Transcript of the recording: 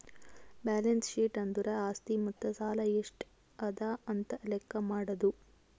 balance sheet ಅಂದುರ್ ಆಸ್ತಿ ಮತ್ತ ಸಾಲ ಎಷ್ಟ ಅದಾ ಅಂತ್ ಲೆಕ್ಕಾ ಮಾಡದು